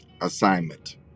Assignment